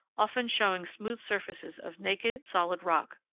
often showing smooth surfaces of naked, solid rock.